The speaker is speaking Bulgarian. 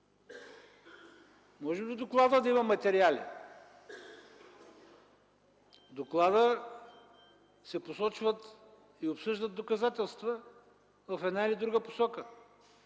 Може ли в доклада да има материали? В доклада се посочват и обсъждат доказателства в една или друга посока.